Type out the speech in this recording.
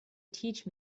teach